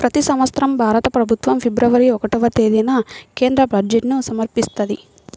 ప్రతి సంవత్సరం భారత ప్రభుత్వం ఫిబ్రవరి ఒకటవ తేదీన కేంద్ర బడ్జెట్ను సమర్పిస్తది